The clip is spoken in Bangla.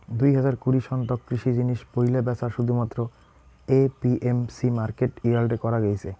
দুই হাজার কুড়ি সন তক কৃষি জিনিস পৈলা ব্যাচা শুধুমাত্র এ.পি.এম.সি মার্কেট ইয়ার্ডে করা গেইছে